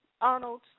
Arnold